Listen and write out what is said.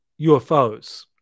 UFOs